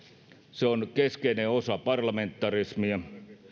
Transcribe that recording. se on keskeinen osa parlamentarismia